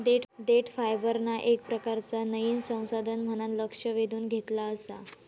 देठ फायबरना येक प्रकारचा नयीन संसाधन म्हणान लक्ष वेधून घेतला आसा